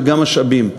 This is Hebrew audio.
וגם משאבים.